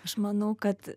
aš manau kad